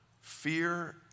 Fear